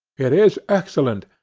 it is excellent,